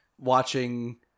watching